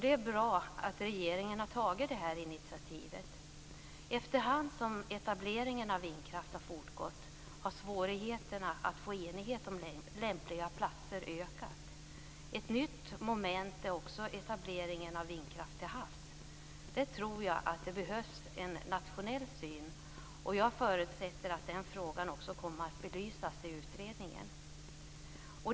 Det är bra att regeringen har tagit det initiativet. Efter hand som etableringen av vindkraft fortgått har svårigheterna att nå enighet om lämpliga platser ökat. Också etableringen av vindkraft till havs är ett nytt moment. Där tror jag att det behövs en nationell syn och jag förutsätter att den frågan också kommer att belysas i utredningen.